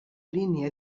línia